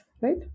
right